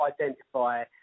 identify